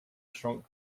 shrunk